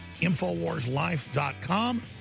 InfoWarsLife.com